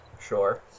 Sure